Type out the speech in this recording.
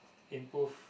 improve